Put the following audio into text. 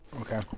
okay